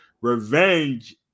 Revenge